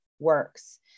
Works